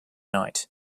night